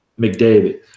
McDavid